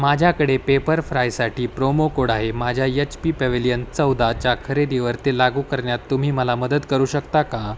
माझ्याकडे पेपरफ्रायसाठी promo code आहे माझ्या यच पी पॅवेलियन चौदाच्या खरेदीवर ते लागू करण्यात तुम्ही मला मदत करू शकता का